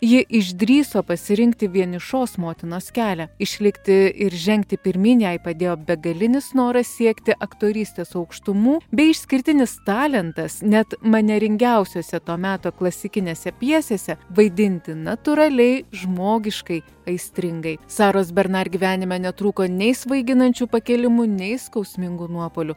ji išdrįso pasirinkti vienišos motinos kelią išlikti ir žengti pirmyn jai padėjo begalinis noras siekti aktorystės aukštumų bei išskirtinis talentas net manieringiausiuose to meto klasikinėse pjesėse vaidinti natūraliai žmogiškai aistringai saros bernar gyvenime netrūko nei svaiginančių pakilimų nei skausmingų nuopuolių